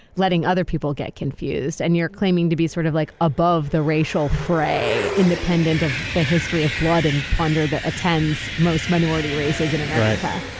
letting other people get confused, and you're claiming to be sort of like above the racial fray, independent of the history of blood and plunder that attends most minority races in america,